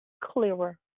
clearer